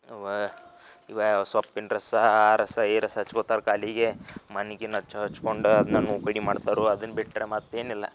ಅವು ಇವು ಸೊಪ್ಪಿನ ರಸ ಆ ರಸ ಈ ರಸ ಹಚ್ಕೋತಾರೆ ಕಾಲಿಗೆ ಮಣ್ ಗಿಣ್ ಹಚ್ಚಿ ಹಚ್ಚಿಕೊಂಡು ಅದನ್ನ ಒ ಪಿ ಡಿ ಮಾಡ್ತಾರೆ ಅದನ್ನು ಬಿಟ್ಟರೆ ಮತ್ತೇನಿಲ್ಲ